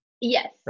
Yes